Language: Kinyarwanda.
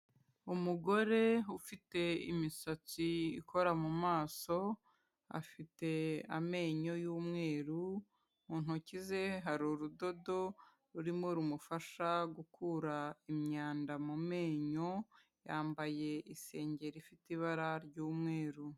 Umugore ufite imisatsi ikora mu maso, afite amenyo y'umweru mu ntoki ze hari urudodo rurimo rumufasha gukura imyanda mu menyo yambaye isengeri ifite ibara ry'mweru.